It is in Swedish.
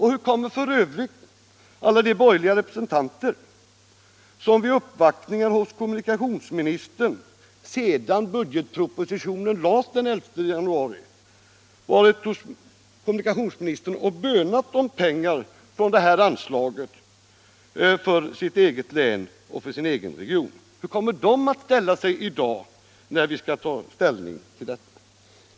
Hur kommer f. ö. alla de borgerliga representanter, som sedan budgetpropositionen framlades den 11 januari varit hos kommunikationsministern och bönat om pengar från det här anslaget för sitt eget län och för sin egen region, att ställa sig i dag, när vi skall fatta beslut?